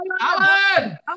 Alan